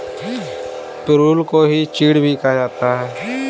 पिरुल को ही चीड़ भी कहा जाता है